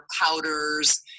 powders